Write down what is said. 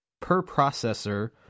per-processor